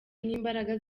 n’imbaraga